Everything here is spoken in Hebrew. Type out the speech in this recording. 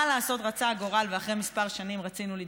מה לעשות, רצה הגורל ואחרי כמה שנים רצינו להתגרש,